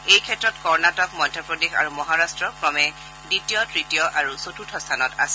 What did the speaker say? এই ক্ষেত্ৰত কৰ্ণাটক মধ্যপ্ৰদেশ আৰু মহাৰট্ট ক্ৰমে দ্বিতীয় তৃতীয় আৰু চতুৰ্থ স্থানত আছে